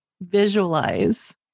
visualize